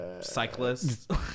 cyclists